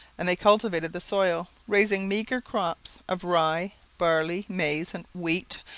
and they cultivated the soil, raising meagre crops of rye, barley, maize, and wheat,